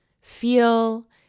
feel